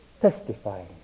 testifying